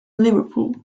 liverpool